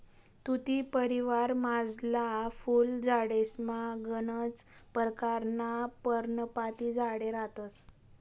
तुती परिवारमझारला फुल झाडेसमा गनच परकारना पर्णपाती झाडे रहातंस